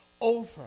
over